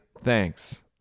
Thanks